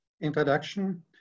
introduction